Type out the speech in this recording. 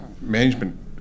management